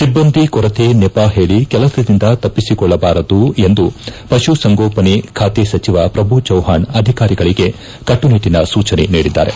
ಸಿಬ್ಲಂದಿ ಕೊರತೆ ನೆಪ ಹೇಳಿ ಕೆಲಸದಿಂದ ತಪ್ಪಿಸಿಕೊಳ್ಳಬಾರದೆಂದು ಪಶುಸಂಗೋಪನೆ ಖಾತೆ ಸಚಿವ ಪ್ರಭು ಚವ್ಹಾಣ್ ಅಧಿಕಾರಿಗಳಿಗೆ ಕಟ್ಟುನಿಟ್ಟನ ಸೂಚನೆ ನೀಡಿದ್ದಾರೆ